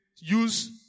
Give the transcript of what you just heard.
use